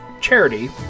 charity